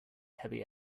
heavy